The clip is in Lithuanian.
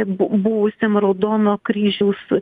bu buvusiam raudono kryžiaus